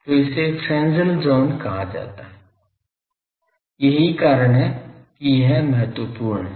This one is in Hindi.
तो इसे फ्रेन्ज़ेल ज़ोन कहा जाता है यही कारण है कि यह महत्वपूर्ण है